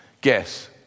Guess